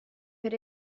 per